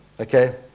Okay